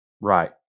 Right